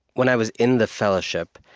when i was in the fellowship,